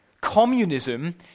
Communism